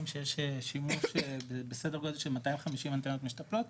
שיש שימוש בסדר גודל של 250 אנטנות משתפלות,